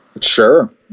sure